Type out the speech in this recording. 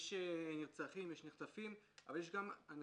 יש נרצחים, יש נחטפים, אבל יש גם אנשים